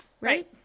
Right